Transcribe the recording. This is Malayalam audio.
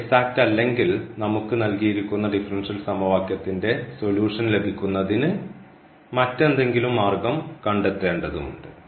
അത് എക്സാക്റ്റ് അല്ലെങ്കിൽ നമുക്ക് നൽകിയിരിക്കുന്ന ഡിഫറൻഷ്യൽ സമവാക്യത്തിന്റെ സൊല്യൂഷൻ ലഭിക്കുന്നതിന് മറ്റെന്തെങ്കിലും മാർഗം കണ്ടെത്തേണ്ടതുണ്ട്